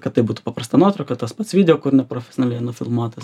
kad tai būtų paprasta nuotrauka tas pats video kur profesionaliai nufilmuotas